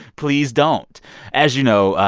please don't as you know,